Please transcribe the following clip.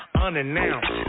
unannounced